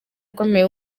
ukomeye